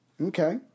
Okay